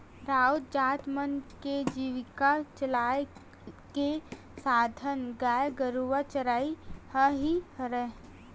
राउत जात मन के जीविका चलाय के साधन गाय गरुवा चरई ह ही हरय